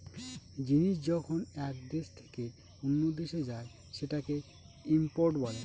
জিনিস যখন এক দেশ থেকে অন্য দেশে যায় সেটাকে ইম্পোর্ট বলে